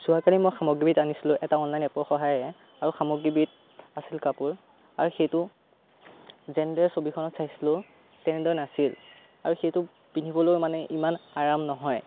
যোৱাকালি মই সামগ্ৰীবিধ আনিছিলোঁ এটা অনলাইন এপৰ সহায়েৰে আৰু সামগ্ৰীবিধ আছিল কাপোৰ আৰু সেইটো যেনেদৰে ছবিখনত চাইছিলোঁ তেনেদৰে নাছিল আৰু সেইটো পিন্ধিবলৈও মানে ইমান আৰাম নহয়